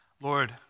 Lord